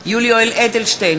יולי יואל אדלשטיין,